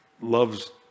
loves